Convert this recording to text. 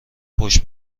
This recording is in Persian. پشت